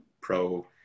pro